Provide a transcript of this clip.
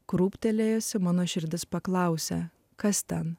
krūptelėjusi mano širdis paklausia kas ten